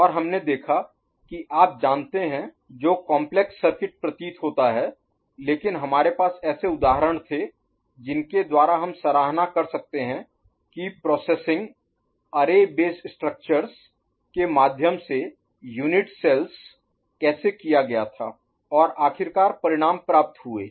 और हमने देखा है कि आप जानते हैं जो काम्प्लेक्स Complex जटिल सर्किट प्रतीत होता है लेकिन हमारे पास ऐसे उदाहरण थे जिनके द्वारा हम सराहना कर सकते हैं कि प्रोसेसिंग Processing प्रसंस्करण अरे बेस्ड स्ट्रक्टर्स के माध्यम से unit cells Unit Cells unit कोशिकाओं कैसे किया गया था और आखिरकार परिणाम प्राप्त हुए